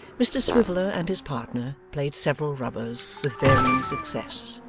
mr swiveller and his partner played several rubbers with varying success,